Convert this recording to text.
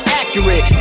accurate